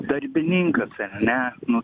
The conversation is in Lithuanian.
darbininkas ar ne nu